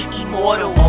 immortal